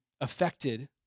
affected